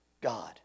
God